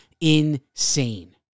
insane